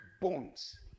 bones